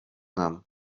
nam